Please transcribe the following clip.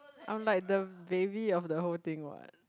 I'm like the baby of the whole thing what